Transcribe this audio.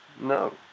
No